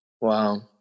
Wow